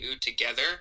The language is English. together